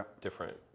different